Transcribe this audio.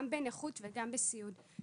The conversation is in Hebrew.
גם בנכות וגם בסיעוד.